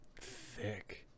Thick